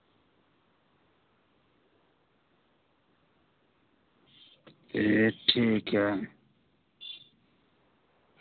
एह् ठीक ऐ